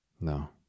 No